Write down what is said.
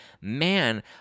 man